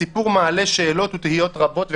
הסיפור מעלה שאלות ותהיות רבות וחמורות.